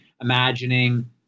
imagining